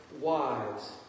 wives